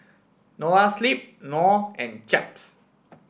Noa Sleep Knorr and Chaps